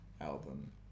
album